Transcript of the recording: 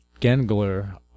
Gengler